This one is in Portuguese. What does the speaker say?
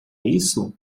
isso